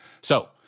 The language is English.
So-